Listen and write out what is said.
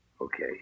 Okay